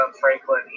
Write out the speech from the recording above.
Franklin